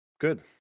Good